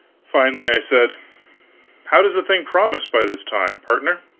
finally i said how does the thing promise by this time, partner?